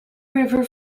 river